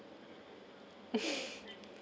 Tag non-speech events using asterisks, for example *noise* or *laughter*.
*laughs*